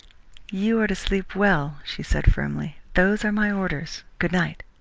you are to sleep well, she said firmly. those are my orders. good night!